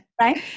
Right